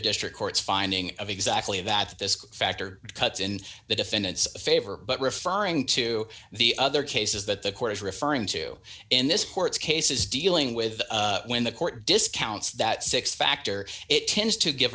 district court's finding of exactly that this factor cuts in the defendant's favor but referring to the other cases that the court is referring to in this court's cases dealing with when the court discounts that six factor it tends to give